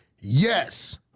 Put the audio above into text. Yes